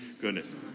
goodness